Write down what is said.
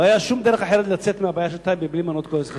לא היתה שום דרך אחרת לצאת מהבעיה של טייבה בלי למנות כונס נכסים.